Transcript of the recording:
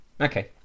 okay